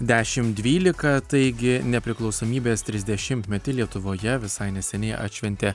dešimt dvylika taigi nepriklausomybės trisdešimtmetį lietuvoje visai neseniai atšventė